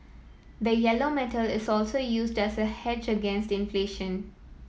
the yellow metal is also used as a hedge against inflation